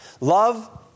Love